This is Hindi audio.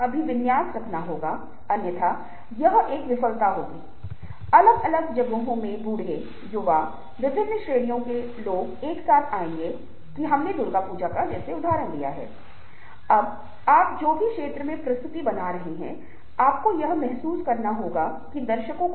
अब फेसबुक पर अपने पसंदीदा गीत के आपके चित्रण की प्रस्तुति कुछ मायनों में आपकी सांस्कृतिक पहचान से जुड़ी हुई है आप जिस तरह के व्यक्ति हैं वह अक्सर उस तरह के संगीत से जुड़ा होता है यह वास्तव में किसी के वास्तविक व्यक्तित्व का उपयोग करने का प्रबंधन करता है ये बहस करने योग्य चीजें हैं